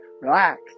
Relax